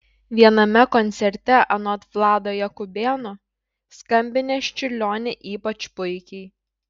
viename koncerte anot vlado jakubėno skambinęs čiurlionį ypač puikiai